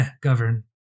Govern